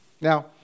Now